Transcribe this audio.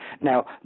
Now